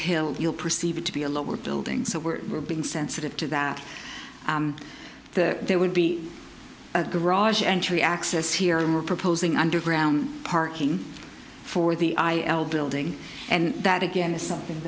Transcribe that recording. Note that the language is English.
hill you'll perceive it to be a lower building so we're we're being sensitive to that the there would be a garage entry access here and we're proposing underground parking for the i l building and that again is something